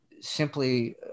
simply